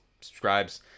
subscribes